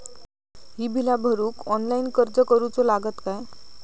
ही बीला भरूक ऑनलाइन अर्ज करूचो लागत काय?